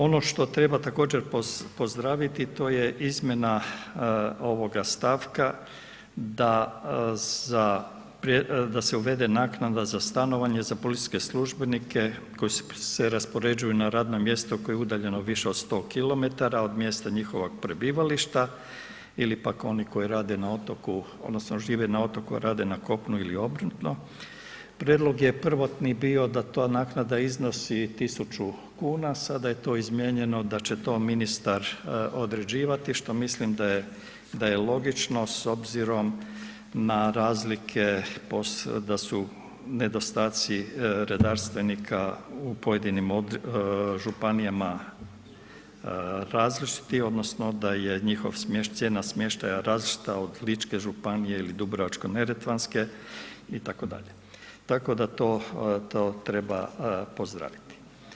Ono što treba također pozdraviti, to je izmjena ovoga stavka da se uvede naknada za stanovanje za policijske službenike koji se raspoređuju na radna mjesta koje je udaljeno više od 100 km od mjesta njihovog prebivališta ili pak oni koji rade na otoku odnosno žive na otoku a rade na kopnu ili obratno, prijedlog je prvotni bio da ta naknada iznosi 1000 kn, sada je to izmijenjeno da će to ministar određivati što mislim da je logično s obzirom na razlike da su nedostaci redarstvenika u pojedinim županijama različiti odnosno da je njihova cijena smještaja različita od Ličke županije ili Dubrovačko-neretvanske itd., tako da to treba pozdraviti.